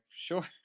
sure